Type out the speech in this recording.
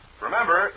Remember